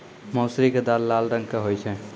मौसरी के दाल लाल रंग के होय छै